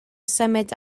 symud